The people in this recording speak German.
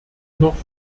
noch